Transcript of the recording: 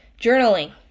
journaling